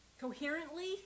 Coherently